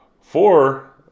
four